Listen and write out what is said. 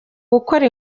gukora